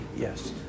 Yes